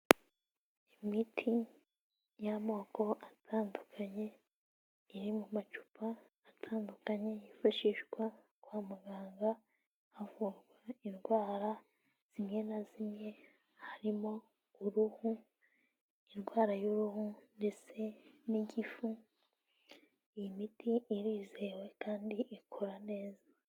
Imiti y'amoko atandukanye, iri mu macupa atandukanye yifashishwa kwa muganga, havurwa indwara zimwe na zimwe harimo uruhu, indwara y'uruhu ndetse n'igifu, iyi miti irizewe kandi ikora neza.